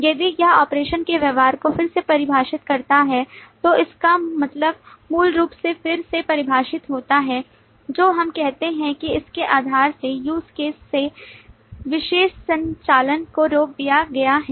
यदि यह ऑपरेशन के व्यवहार को फिर से परिभाषित करता है तो इसका मतलब मूल रूप से फिर से परिभाषित होता है तो हम कहते हैं कि इसने आधार के use cases से विशेष संचालन को रोक दिया है